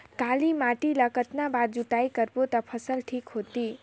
काली माटी ला कतना बार जुताई करबो ता फसल ठीक होती?